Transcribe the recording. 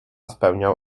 spełniał